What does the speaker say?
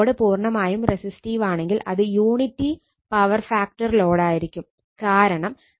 load പൂർണ്ണമായും resistive ആണെങ്കിൽ അത് യൂണിറ്റി പവർ ഫാക്ടർ ലോഡ് ആയിരിക്കും